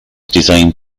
designed